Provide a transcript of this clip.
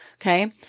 Okay